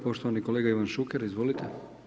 Poštovani kolega Ivan Šuker, izvolite.